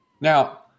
Now